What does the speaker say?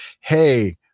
hey